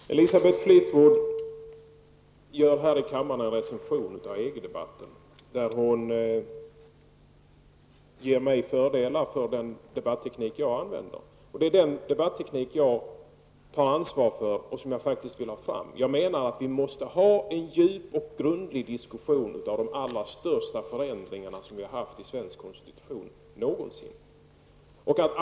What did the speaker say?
Fru talman! Elisabeth Fleetwood recenserar här i kammaren EG-debatten. Hon ger mig så att säga fördelar för den debattkritik som jag använder mig av. Men det är den debatteknik som jag tar ansvar för och som jag faktiskt vill föra fram. Jag menar att vi måste ha en djup och grundlig diskussion. Det gäller ju en av de allra största förändringarna någonsin beträffande svensk konstitution.